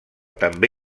també